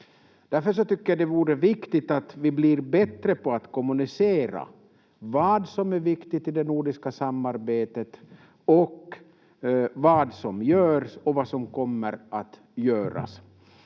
Därför tycker jag det vore viktigt att vi blir bättre på att kommunicera vad som är viktigt i det nordiska samarbetet, vad som görs och vad som kommer att göras.